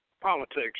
politics